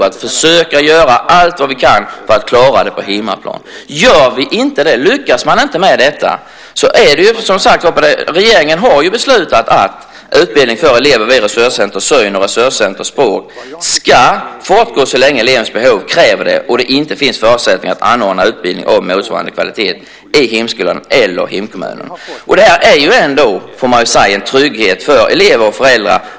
Vi ska försöka göra allt vi kan för att klara det på hemmaplan. Regeringen har beslutat att utbildning för elever vid resurscenter för elever med syn och språkproblem ska fortgå så länge elevens behov kräver det och det inte finns förutsättningar att anordna utbildning av motsvarande kvalitet i hemskolan eller i hemkommunen. Det är ändå en trygghet för elever och föräldrar.